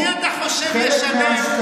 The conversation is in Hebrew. מי אתה חושב שישלם.